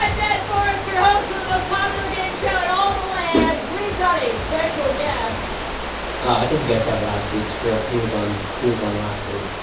ned forester, host for the most popular game show in all the land. we've got a special guest i think you guys have last week's script. he was on. he was on last week.